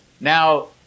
Now